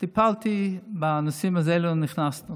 טיפלתי בנושאים האלה שנכנסנו